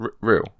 Real